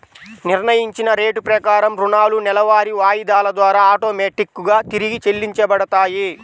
నిర్ణయించిన రేటు ప్రకారం రుణాలు నెలవారీ వాయిదాల ద్వారా ఆటోమేటిక్ గా తిరిగి చెల్లించబడతాయి